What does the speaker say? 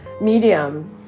Medium